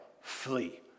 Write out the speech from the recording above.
Flee